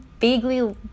vaguely